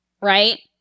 Right